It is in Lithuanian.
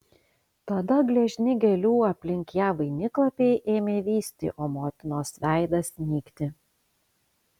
tada gležni gėlių aplink ją vainiklapiai ėmė vysti o motinos veidas nykti